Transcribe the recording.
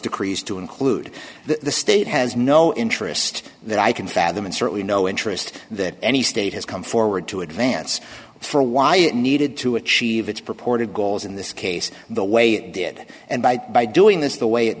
decrees to include the state has no interest that i can fathom and certainly no interest that any state has come forward to advance for why it needed to achieve its purported goals in this case the way it did and by by doing this the way it